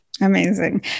Amazing